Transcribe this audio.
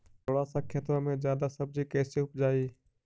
थोड़ा सा खेतबा में जादा सब्ज़ी कैसे उपजाई?